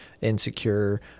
insecure